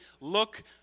look